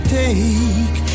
take